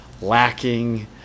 lacking